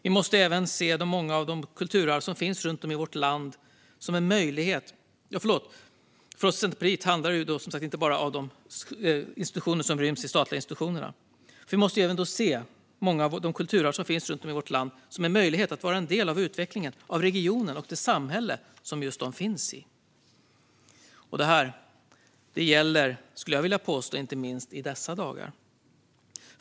Vi måste även se många av de kulturarv som finns runt om i vårt land som en möjlighet att vara en del av utvecklingen av regionen och det samhälle de finns i. Det gäller, skulle jag vilja påstå, inte minst i dessa dagar.